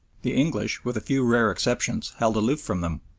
the english, with a few rare exceptions, held aloof from them.